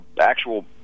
actual